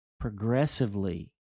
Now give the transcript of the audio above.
progressively